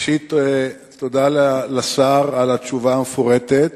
ראשית, תודה לשר על התשובה המפורטת.